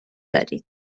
دارید